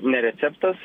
ne receptas